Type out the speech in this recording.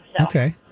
Okay